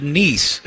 niece